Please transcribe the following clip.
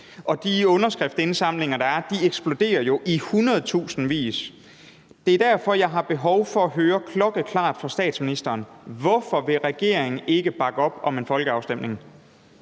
og de underskriftindsamlinger, der er, eksploderer jo med hundredtusindvis af underskrivere. Det er derfor, jeg har behov for at høre klokkeklart fra statsministeren: Hvorfor vil regeringen ikke bakke op om en folkeafstemning?